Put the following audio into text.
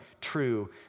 true